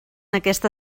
aquesta